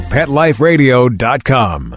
PetLifeRadio.com